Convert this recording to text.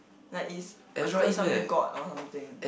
like is after some god or something